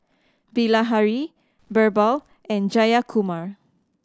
Bilahari Birbal and Jayakumar